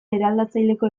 eraldatzaileko